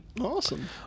Awesome